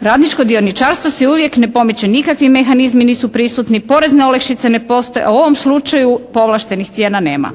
Radničko dioničarstvo se uvijek ne pomiče, nikakvi mehanizmi nisu prisutne, porezne olakšice ne postoje, a u ovom slučaju povlaštenih cijena nema.